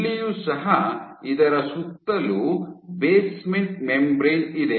ಇಲ್ಲಿಯೂ ಸಹ ಇದರ ಸುತ್ತಲೂ ಬೇಸ್ಮೆಂಟ್ ಮೆಂಬ್ರೇನ್ ಇದೆ